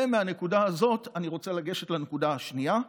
ומהנקודה הזאת אני רוצה לגשת לנקודה השנייה,